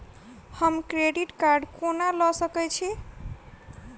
हम credit card कोना लऽ सकै छी?